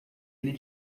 ele